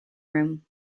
room